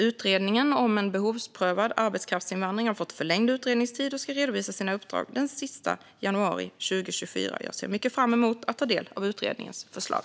Utredningen om en behovsprövad arbetskraftsinvandring har fått förlängd utredningstid och ska redovisa sina uppdrag den 31 januari 2024. Jag ser mycket fram emot att ta del av utredningens förslag.